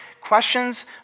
questions